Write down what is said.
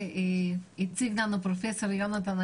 ונציגי הציבור על אחת כמה וכמה.